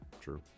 true